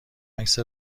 عکس